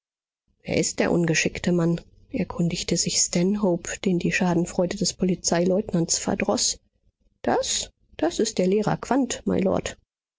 wer ist der ungeschickte mann erkundigte sich stanhope den die schadenfreude des polizeileutnants verdroß das das ist der lehrer quandt mylord